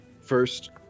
First